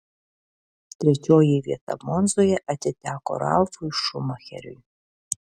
trečioji vieta monzoje atiteko ralfui šumacheriui